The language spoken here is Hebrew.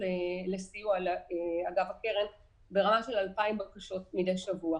לקרן ברמה של 2,000 בקשות מדי שבוע.